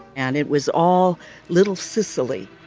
and it was all little sicily.